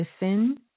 listen